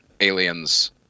aliens